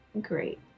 great